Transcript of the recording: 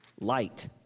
light